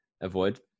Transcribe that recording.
avoid